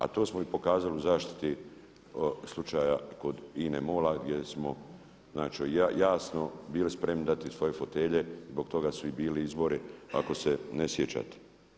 A to smo i pokazali u zaštiti slučaja kod INA-e-MOL-a gdje smo znači jasno bili spremni dati svoje fotelje, zbog toga su i bili izbori ako ne sjećate.